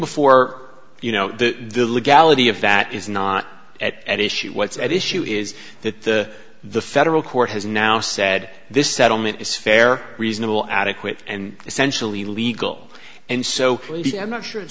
before you know the legality of that is not at issue what's at issue is that the the federal court has now said this settlement is fair reasonable adequate and essentially legal and so i'm not sure it